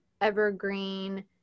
Evergreen